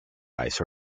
ice